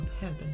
heaven